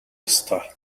ёстой